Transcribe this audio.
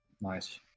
Nice